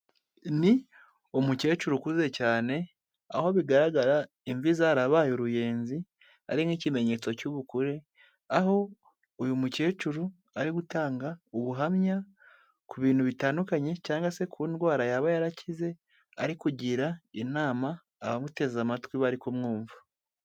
Ni umukecuru ukuze cyane aho bigaragara imvi zarabaye uruyenzi ari nk'ikimenyetso cy'ubukure aho uyu mukecuru ari gutanga ubuhamya ku bintu bitandukanye cyangwa se ku ndwara yaba yarakize arikugira inama abamuteze amatwi bari kumwumva.